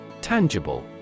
Tangible